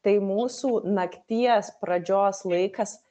tai mūsų nakties pradžios laikas